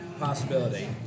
possibility